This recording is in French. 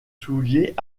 souliers